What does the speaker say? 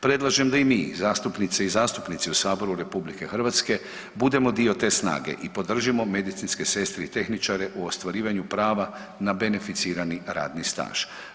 Predlažem da i mi zastupnice i zastupnici u saboru RH budemo dio te snage i podržimo medicinske sestre i tehničare u ostvarivanju prava na beneficirani radni staž.